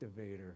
activator